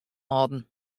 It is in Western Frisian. âlden